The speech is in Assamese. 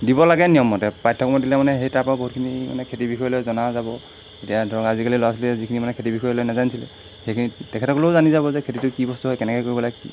দিব লাগে নিয়মতে পাঠ্যক্ৰম দিলে মানে সেই তাৰপৰাও বহুতখিনি মানে খেতি বিষয়লৈ জনাই যাব এতিয়া ধৰক আজিকালি ল'ৰা ছোৱালীয়ে যিখিনি মানে খেতি বিষয় লৈ নাজানিছিলে সেইখিনি তেখেতসকলেও জানি যাব যে খেতিটো কি বস্তু হয় কেনেকৈ কৰিব লাগে কি